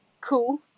cool